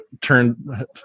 turn